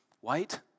white